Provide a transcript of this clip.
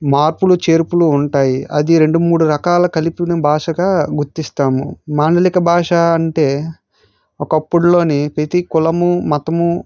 మార్పులు చేర్పులు ఉంటాయి అది రెండు మూడు రకాల కలిపిన భాషగా గుర్తిస్తాము మాండలిక భాష అంటే ఒకప్పుడులోని ప్రతి కులము మతము